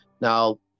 Now